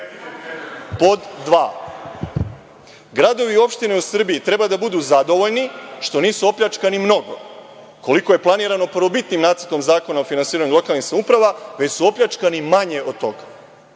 dva, gradovi i opštine u Srbiji treba da budu zadovoljni što nisu opljačkani mnogo, koliko je planirano prvobitnim nacrtom zakona o finansiranju lokalnih samouprava, već su opljačkani manje od toga.